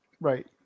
Right